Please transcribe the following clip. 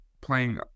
playing